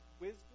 wisdom